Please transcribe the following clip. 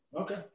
Okay